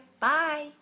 Bye